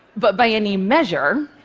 but by any measure.